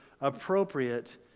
appropriate